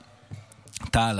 טל,